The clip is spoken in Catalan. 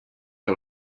que